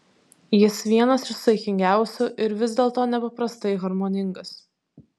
jis vienas iš saikingiausių ir vis dėlto nepaprastai harmoningas